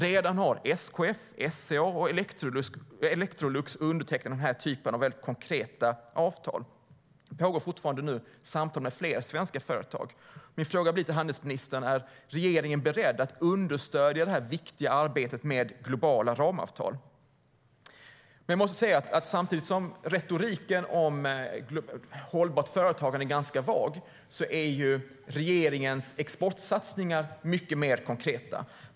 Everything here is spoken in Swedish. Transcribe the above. Redan har SKF, SCA och Electrolux undertecknat sådana konkreta avtal, och det pågår samtal med fler svenska företag. Är regeringen beredd att understödja det viktiga arbetet med globala ramavtal? Samtidigt som retoriken om hållbart företagande är ganska vag är regeringens exportsatsningar mycket konkreta.